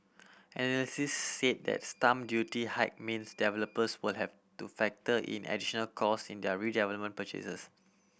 analysts said the stamp duty hike means developers would have to factor in additional cost in their redevelopment purchases